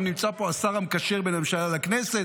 גם נמצא פה השר המקשר בין הממשלה לכנסת,